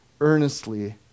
earnestly